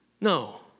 No